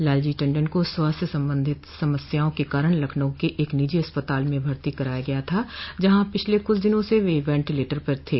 लालजी टंडन को स्वास्थ्य सम्बन्धित समस्याओं के कारण लखनऊ के एक निजी अस्पताल में भर्ती कराया गया था जहां पिछले कुछ दिनों से वह वेंटीलेटर पर थे